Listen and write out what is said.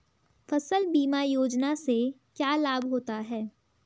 फसल बीमा योजना से क्या लाभ होता है?